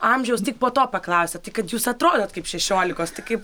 amžiaus tik po to paklausia tai kad jūs atrodot kaip šešiolikos tai kaip